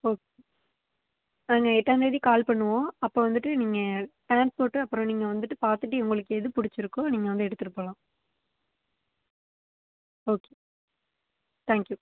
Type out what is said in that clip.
okay நாங்கள் எட்டாம்தேதி call பண்ணுவோம் அப்போது வந்துட்டு நீங்கள் டிரான்ஸ்போர்ட்டு அப்புறம் நீங்கள் வந்துட்டு பார்த்துட்டு உங்களுக்கு எது பிடிச்சிருக்கோ நீங்கள் வந்து எடுத்துகிட்டு போகலாம் ஓகே தேங்க் யூ